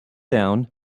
down